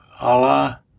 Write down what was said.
Allah